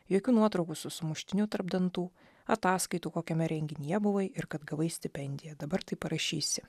jokių nuotraukų su sumuštiniu tarp dantų ataskaitų kokiame renginyje buvai ir kad gavai stipendiją dabar tai parašysi